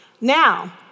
Now